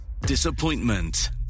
disappointment